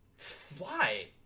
Fly